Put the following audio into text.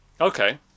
Okay